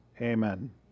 Amen